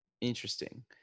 Interesting